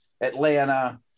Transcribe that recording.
Atlanta